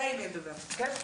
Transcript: הישיבה ננעלה בשעה